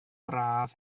braf